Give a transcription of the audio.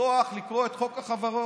לפתוח ולקרוא את חוק החברות.